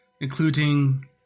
Including